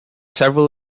several